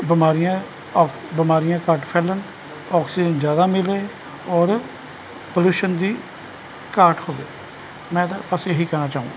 ਬਿਮਾਰੀਆਂ ਘ ਬਿਮਾਰੀਆਂ ਘੱਟ ਫੈਲਣ ਆਕਸੀਜਨ ਜ਼ਿਆਦਾ ਮਿਲੇ ਔਰ ਪੋਲਿਊਸ਼ਨ ਦੀ ਘਾਟ ਹੋਵੇ ਮੈਂ ਤਾਂ ਬਸ ਇਹ ਹੀ ਕਹਿਣਾ ਚਾਹੂੰਗਾ